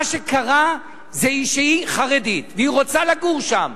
מה שקרה זה שהיא חרדית והיא רוצה לגור שם,